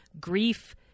grief